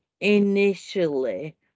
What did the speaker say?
initially